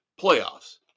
playoffs